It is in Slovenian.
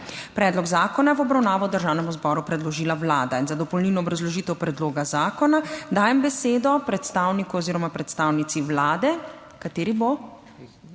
Predlog zakona je v obravnavo Državnemu zboru predložila Vlada in za dopolnilno obrazložitev predloga zakona dajem besedo predstavniku oziroma predstavnici Vlade. Kateri bo?